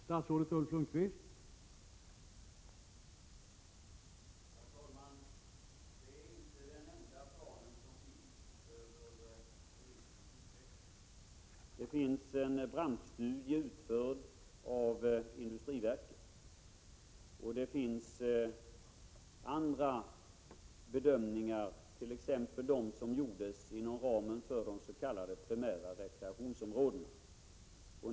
Herr talman! Detta är inte den enda plan som finns över turismens utveckling. Det finns en branschstudie utförd av industriverket, och det finns andra bedömningar, t.ex. de som gjordes inom ramen för arbetet med de s.k. primära rekreationsområdena.